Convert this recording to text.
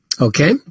Okay